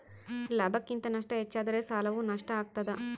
ಲಾಭಕ್ಕಿಂತ ನಷ್ಟ ಹೆಚ್ಚಾದರೆ ಸಾಲವು ನಷ್ಟ ಆಗ್ತಾದ